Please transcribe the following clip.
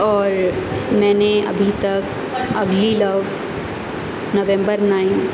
اور میں نے ابھی تک اگلی لو نومبر نائن